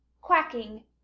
quacking